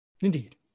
Indeed